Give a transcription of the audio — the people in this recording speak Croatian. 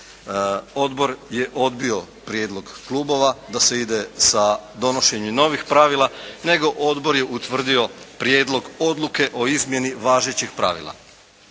Odbor je odbio prijedlog klubova da se ide sa donošenjem novih pravila. Nego odbor je utvrdio prijedlog odluke o izmjeni važećeg pravila.